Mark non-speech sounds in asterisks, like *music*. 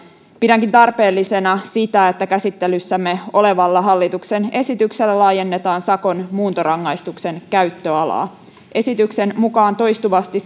pidänkin tarpeellisena sitä että käsittelyssämme olevalla hallituksen esityksellä laajennetaan sakon muuntorangaistuksen käyttöalaa esityksen mukaan toistuvasti *unintelligible*